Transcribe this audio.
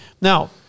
Now